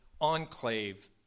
enclave